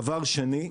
דבר שני,